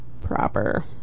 proper